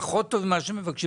פחות טוב ממה שמבקשים,